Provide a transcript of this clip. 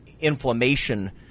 inflammation